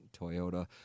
Toyota